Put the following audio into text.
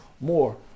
more